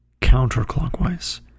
counterclockwise